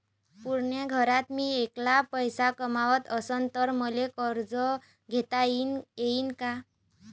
पुऱ्या घरात मी ऐकला पैसे कमवत असन तर मले कर्ज घेता येईन का?